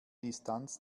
distanz